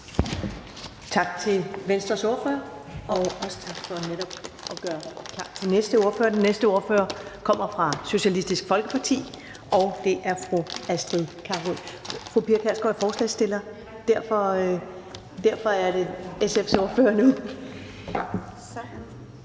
Tak til Venstres ordfører, og også tak for at gøre klar til næste ordfører. Den næste ordfører kommer fra Socialistisk Folkeparti, og det er fru Astrid Carøe. Fru Pia Kjærsgaard er forslagsstiller, og derfor er det SF's ordfører nu.